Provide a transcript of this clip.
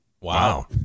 Wow